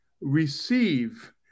receive